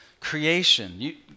creation